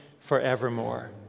forevermore